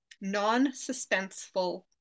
non-suspenseful